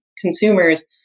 consumers